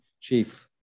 chief